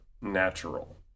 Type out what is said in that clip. natural